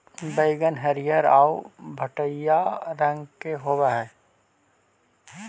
बइगन हरियर आउ भँटईआ रंग के होब हई